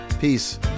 Peace